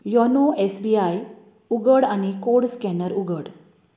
YONO S B I उघड आनी code scanner उघड